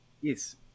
Yes